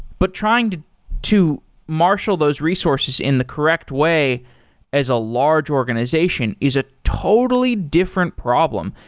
but trying to to marshal those resources in the correct way as a large organization is a totally different problem.